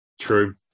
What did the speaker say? True